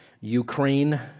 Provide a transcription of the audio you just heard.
Ukraine